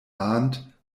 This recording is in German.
arndt